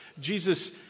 Jesus